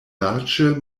larĝe